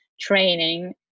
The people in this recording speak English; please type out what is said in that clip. training